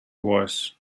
was